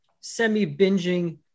semi-binging